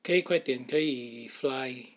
可以快点可以 fly